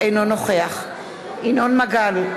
אינו נוכח ינון מגל,